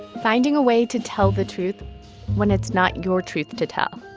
finding a way to tell the truth when it's not your truth to tell